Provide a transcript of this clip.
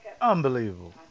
Unbelievable